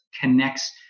connects